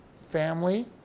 family